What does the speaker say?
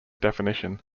definition